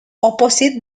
opposite